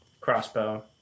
crossbow